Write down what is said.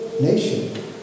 nation